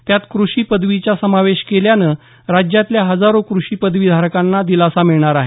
त्यात कृषी पदवीचा समावेश केल्यानं राज्यातल्या हजारो कृषी पदवीधारकांना दिलासा मिळणार आहे